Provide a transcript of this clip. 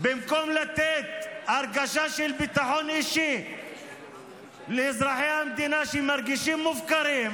במקום לתת הרגשה של ביטחון אישי לאזרחי המדינה שמרגישים מופקרים,